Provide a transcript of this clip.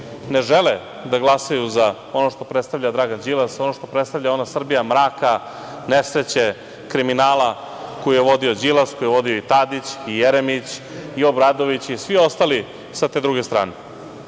ne žele da glasaju za ono što predstavlja Dragan Đilas, ono što predstavlja ona Srbija mraka, nesreće, kriminala koju je vodio Đilas, koju je vodio i Tadić, i Jeremić, i Obradović i svi ostali sa te druge strane. Svi